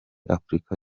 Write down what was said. afurika